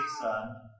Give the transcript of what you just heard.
son